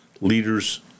leaders